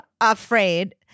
afraid